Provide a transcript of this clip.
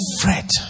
fret